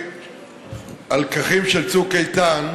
הלקחים של "צוק איתן"